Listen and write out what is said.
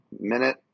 Minute